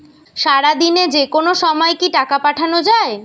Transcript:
সারাদিনে যেকোনো সময় কি টাকা পাঠানো য়ায়?